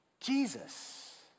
Jesus